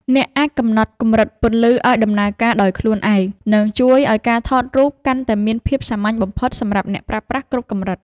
អ្នកអាចកំណត់កម្រិតពន្លឺឱ្យដំណើរការដោយខ្លួនឯង និង ជួយឱ្យការថតរូបកាន់តែមានភាពសាមញ្ញបំផុតសម្រាប់អ្នកប្រើប្រាស់គ្រប់កម្រិត។